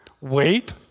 wait